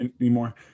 anymore